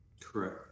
Correct